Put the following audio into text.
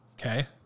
Okay